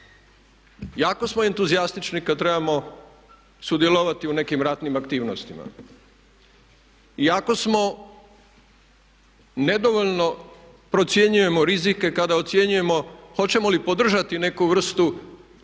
Jako smo entuzijastični kada trebamo sudjelovati u nekim ratnim aktivnostima. Jako smo nedovoljno procjenjujemo rizike kada ocjenjujemo hoćemo li podržati neku vrstu